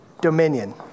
dominion